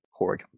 Horg